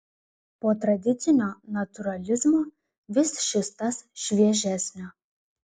po tradicinio natūralizmo vis šis tas šviežesnio